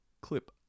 Clip